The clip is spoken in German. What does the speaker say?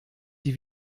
die